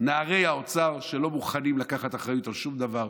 נערי האוצר שלא מוכנים לקחת אחריות על שום דבר.